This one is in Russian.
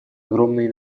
огромные